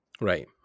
Right